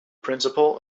principle